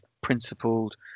principled